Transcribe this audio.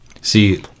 See